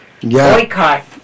Boycott